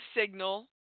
signal